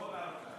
עוד מרוקאית